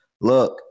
Look